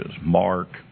Mark